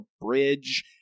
bridge